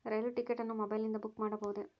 ರೈಲು ticket ಅನ್ನು ಮೊಬೈಲಿಂದ book ಮಾಡಬಹುದೆ?